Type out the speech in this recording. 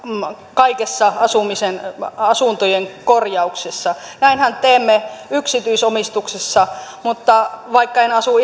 kaikessa asuntojen korjauksessa näinhän teemme yksityisomistuksessa vaikka en asu